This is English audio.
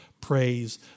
Praise